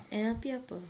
N_L_P apa